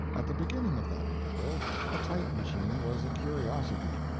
at the beginning of that interval a type-machine was a curiosity.